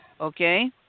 okay